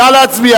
נא להצביע.